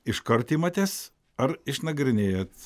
iškart imatės ar išnagrinėjat